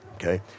okay